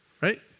Right